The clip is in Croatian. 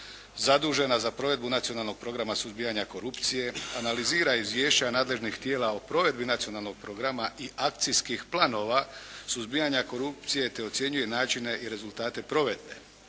zadužena za provedbu Nacionalnog programa suzbijanja korupcije, analizira izvješća nadležnih tijela o provedbi Nacionalnog programa i akcijskih planova suzbijanja korupcije, te ocjenjuje načine i rezultate provedbe.